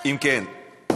אם כן,